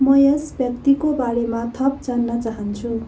म यस व्यक्तिको बारेमा थप जान्न चाहन्छु